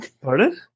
pardon